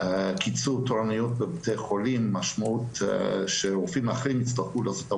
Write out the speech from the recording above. לכן את בעיית התקנים והמחסור ברופאים המודל הזה פשוט לא פותר.